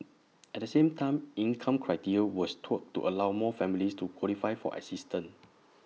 at the same time income criteria was tweaked to allow more families to qualify for assistance